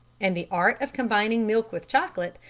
and the art of combining milk with chocolate,